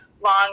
long